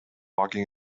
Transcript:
walking